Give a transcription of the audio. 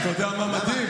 אתה יודע מה מדהים?